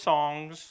Songs